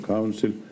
Council